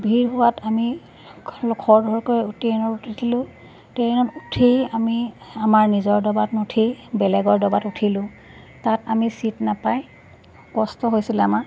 ভিৰ হোৱাত আমি খৰধৰকৈ ট্ৰেইনত উঠিছিলোঁ ট্ৰেইনত উঠি আমি আমাৰ নিজৰ দবাত নুঠি বেলেগৰ দবাত উঠিলোঁ তাত আমি চিট নাপায় কষ্ট হৈছিলে আমাৰ